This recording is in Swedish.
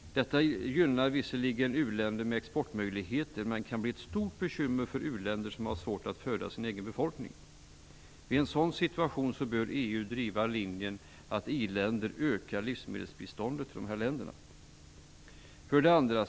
Detta gynnar visserligen uländer med exportmöjligheter men kan bli ett stort bekymmer för u-länder som har svårt att föda sin egen befolkning. I en sådan situation bör EU driva linjen att i-länderna ökar livsmedelsbiståndet till dessa länder. 2.